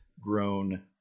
grown